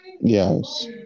Yes